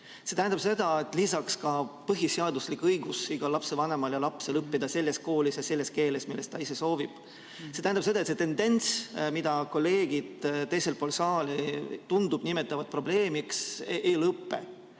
ühes koolis ja koos. Lisaks on ka põhiseaduslik õigus igal lapsevanemal ja lapsel, et saaks õppida selles koolis ja selles keeles, milles ise soovitakse. See tähendab seda, et see tendents, mida kolleegid teisel pool saali, tundub, nimetavad probleemiks, ei lõpe.